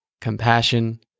compassion